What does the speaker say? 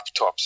laptops